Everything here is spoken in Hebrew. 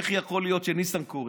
איך יכול להיות שניסנקורן